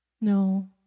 No